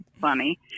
funny